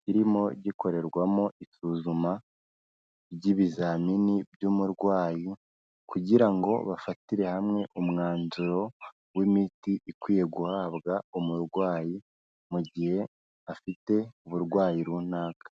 kirimo gikorerwamo isuzuma ry'ibizamini by'umurwayi kugira ngo bafatire hamwe umwanzuro w'imiti ikwiye guhabwa umurwayi mu gihe afite uburwayi runaka.